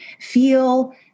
Feel